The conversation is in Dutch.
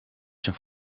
zijn